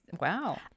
wow